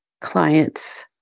client's